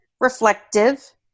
reflective